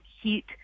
heat